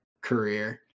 career